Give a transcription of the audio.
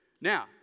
Now